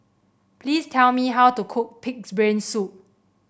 please tell me how to cook pig's brain soup